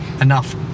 enough